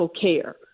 care